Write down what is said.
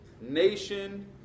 nation